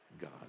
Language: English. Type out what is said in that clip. God